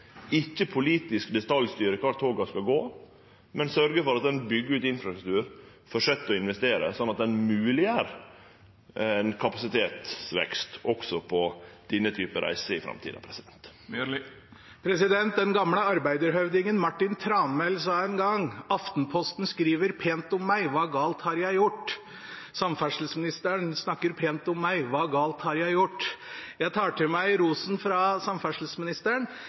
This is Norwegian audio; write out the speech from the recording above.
ikkje politisk detaljstyrer kvar toga skal gå, men sørgjer for at ein byggjer ut infrastruktur og held fram med å investere, noko som mogleggjer ein kapasitetsvekst også på denne typen reiser i framtida. Den gamle arbeiderhøvdingen Martin Tranmæl sa en gang: Aftenposten skriver pent om meg – hva galt har jeg gjort? Samferdselsministeren snakker pent om meg – hva galt har jeg gjort? Jeg tar til meg rosen fra samferdselsministeren,